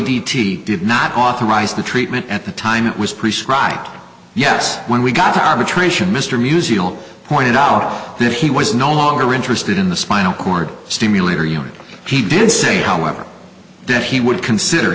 d t did not authorize the treatment at the time it was prescribed yes when we got to arbitration mr musial pointed out that he was no longer interested in the spinal cord stimulator unit he did say however that he would consider